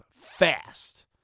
fast